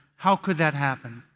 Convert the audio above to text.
how could that happen?